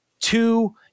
two